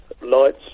lights